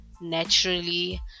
naturally